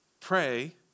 pray